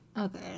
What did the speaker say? Okay